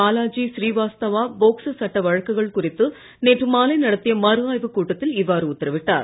Balaji Srivastava POCSO சட்ட வழக்குக்கள் குறித்து நேற்று மாலை நடத்திய மறுஆய்வு கூட்டத்தில் இவ்வாறு உத்தரவிட்டார்